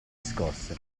scosse